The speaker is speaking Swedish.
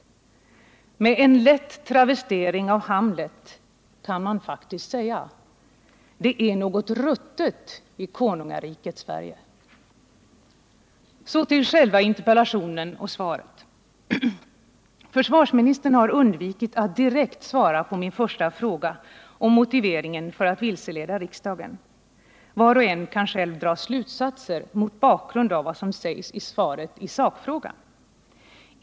Med en lätt travestering av Hamlet kan man säga: Det är något ruttet i konungariket Sverige. 9 Försvarsministern har undvikit att direkt svara på min första fråga om motiveringen för att vilseleda riksdagen. Var och en kan själv dra slutsatser mot bakgrund av vad som sägs i svaret i sakfrågan.